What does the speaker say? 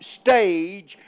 stage